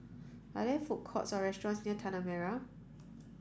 are there food courts or restaurants near Tanah Merah